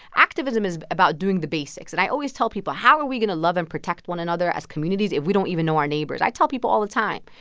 activism is about doing the basics. and i always tell people, how are we going to love and protect one another as communities if we don't even know our neighbors? i tell people all the time,